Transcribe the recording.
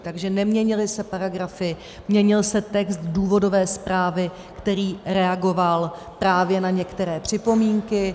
Takže neměnily se paragrafy, měnil se text důvodové zprávy, který reagoval právě na některé připomínky.